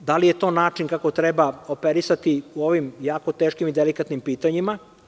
Da li je to način kako treba operisati u ovim jako teškim i delikatnim pitanjima?